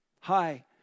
Hi